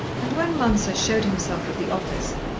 and when mounser showed himself at the office,